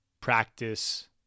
practice